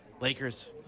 lakers